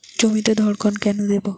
জমিতে ধড়কন কেন দেবো?